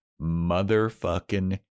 motherfucking